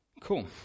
Cool